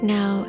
Now